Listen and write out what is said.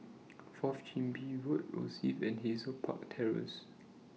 Fourth Chin Bee Road Rosyth and Hazel Park Terrace